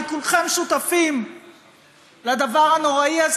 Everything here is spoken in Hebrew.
כי כולכם שותפים לדבר הנורא הזה,